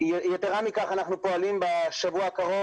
יתרה מכך, אנחנו פועלים בשבוע הקרוב